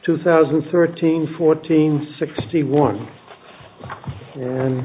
two thousand and thirteen fourteen sixty one and